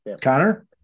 connor